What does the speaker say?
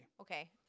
Okay